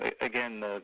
again